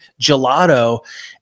gelato